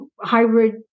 hybrid